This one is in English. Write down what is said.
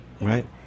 Right